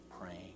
praying